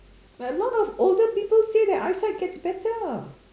a lot of older people say that eyesight getting better